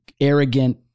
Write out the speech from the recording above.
arrogant